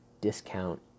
discount